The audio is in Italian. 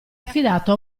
affidato